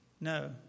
no